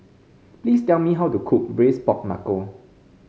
please tell me how to cook Braised Pork Knuckle